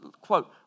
Quote